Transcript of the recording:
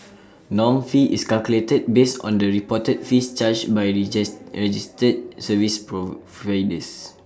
norm fee is calculated based on the reported fees charged by registered service providers